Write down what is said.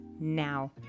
now